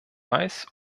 weiß